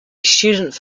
student